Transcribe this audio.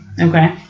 Okay